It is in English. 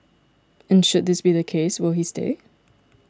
and should this be the case will he stay